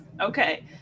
okay